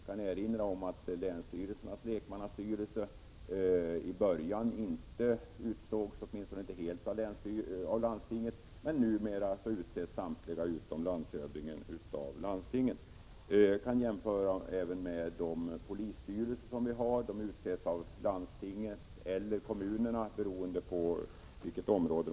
Jag kan erinra om att länsstyrelsernas lekmannastyrelser i början åtminstone inte helt utsågs av landstingen, men numera utses samtliga ledamöter utom landshövdingen av landstingen. Jag kan också jämföra med polisstyrelserna. De utses av landstingen eller kommunerna, beroende på deras geografiska område.